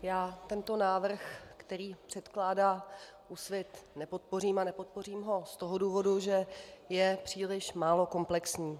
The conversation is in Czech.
Já tento návrh, který předkládá Úsvit, nepodpořím a nepodpořím ho z toho důvodu, že je příliš málo komplexní.